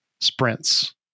sprints